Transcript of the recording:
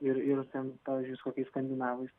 ir ir ten pavyzdžiui su kokiais skandinavais